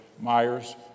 Myers